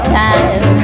time